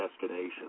destination